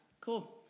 cool